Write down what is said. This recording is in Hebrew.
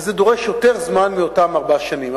וזה דורש יותר זמן מאותן ארבע שנים,